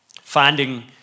finding